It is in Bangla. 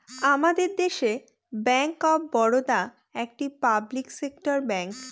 আমাদের দেশে ব্যাঙ্ক অফ বারোদা একটি পাবলিক সেক্টর ব্যাঙ্ক